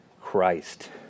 Christ